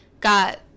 got